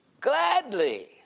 gladly